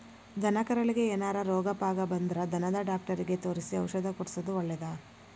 ದನಕರಗಳಿಗೆ ಏನಾರ ರೋಗ ಪಾಗ ಬಂದ್ರ ದನದ ಡಾಕ್ಟರಿಗೆ ತೋರಿಸಿ ಔಷಧ ಕೊಡ್ಸೋದು ಒಳ್ಳೆದ